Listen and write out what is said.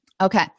Okay